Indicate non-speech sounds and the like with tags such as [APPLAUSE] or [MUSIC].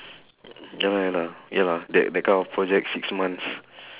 [BREATH] ya la ya la that that kind of project six months